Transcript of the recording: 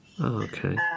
Okay